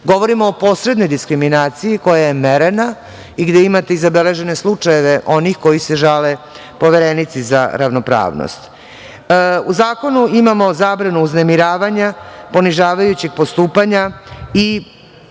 Govorim o posrednoj diskriminaciji koja je merena i gde imate i zabeležene slučajeve onih koji se žale Poverenici za ravnopravnost. U zakonu imamo zabranu uznemiravanja, ponižavajućeg postupanja,